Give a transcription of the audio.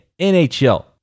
NHL